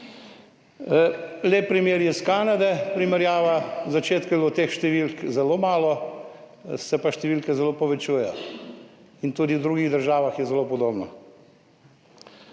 Lep primer iz Kanade, primerjava, na začetku je bilo teh številk zelo malo, se pa številke zelo povečujejo. Tudi v drugih državah je zelo podobno.